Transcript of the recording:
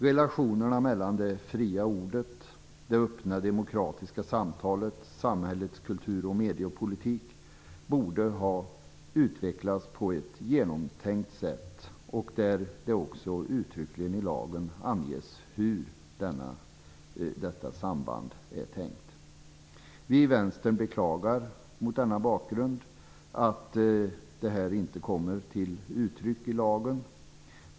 Relationerna mellan det fria ordet, det öppna demokratiska samtalet och samhällets kultur och mediepolitik borde ha utvecklats på ett genomtänkt sätt. Det bör också uttryckligen i lagen anges hur detta samband är tänkt. Vi i Vänstern beklagar mot denna bakgrund att det inte kommer till uttryck i lagen.